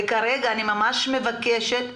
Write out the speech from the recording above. כרגע אני ממש מבקשת,